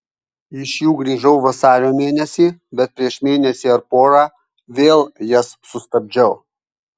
iš jų grįžau vasario mėnesį bet prieš mėnesį ar porą vėl jas sustabdžiau